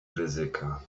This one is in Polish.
ryzyka